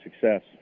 success